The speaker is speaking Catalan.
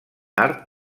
art